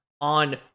on